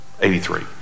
83